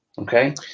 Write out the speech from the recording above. Okay